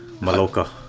maloka